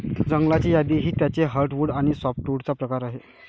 जंगलाची यादी ही त्याचे हर्टवुड आणि सॅपवुडचा प्रकार आहे